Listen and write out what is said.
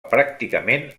pràcticament